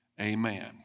Amen